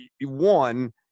one –